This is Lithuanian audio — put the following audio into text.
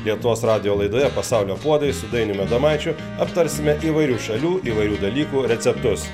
lietuvos radijo laidoje pasaulio puodai su dainiumi adomaičiu aptarsime įvairių šalių įvairių dalykų receptus